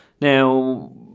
Now